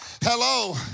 Hello